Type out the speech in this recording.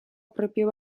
propio